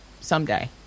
someday